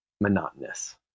monotonous